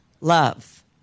love